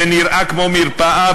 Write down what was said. שנראה כמו מרפאה,